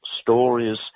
stories